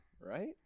right